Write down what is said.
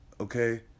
Okay